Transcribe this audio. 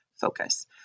focus